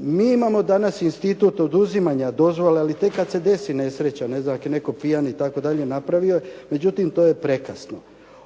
Mi imamo danas institut oduzimanja dozvole ali tek kada se desi nesreća, ne znam ako je neko pijan itd. napravi. Međutim, to je prekasno.